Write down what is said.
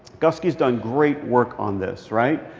guskey's done great work on this, right?